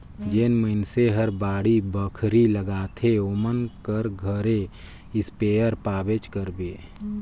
जेन मइनसे हर बाड़ी बखरी लगाथे ओमन कर घरे इस्पेयर पाबेच करबे